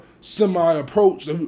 semi-approach